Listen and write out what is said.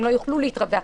הם לא יוכלו להתרווח.